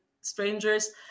strangers